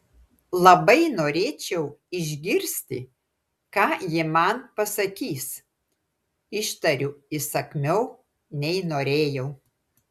labai norėčiau išgirsti ką ji man pasakys ištariu įsakmiau nei norėjau